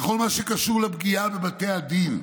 בכל מה שקשור לפגיעה בבתי הדין.